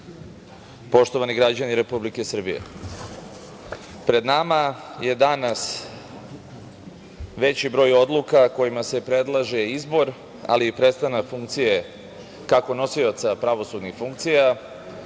poštovani građani Republike Srbije, pred nama je danas veći broj odluka kojima se predlaže izbor, ali i prestanak funkcije, kako nosioca pravosudnih funkcija,